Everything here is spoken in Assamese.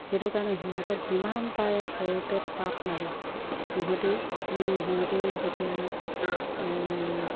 সেইটো কাৰণে সিহঁতক যিমান পাৰে সৰুতে তাপ লাগে সিহঁতি মানে সিহঁতি যেতিয়া